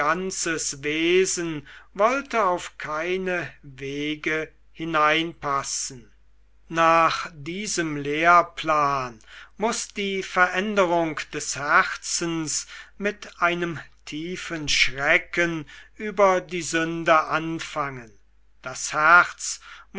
wesen wollte auf keine wege hineinpassen nach diesem lehrplan muß die veränderung des herzens mit einem tiefen schrecken über die sünde anfangen das herz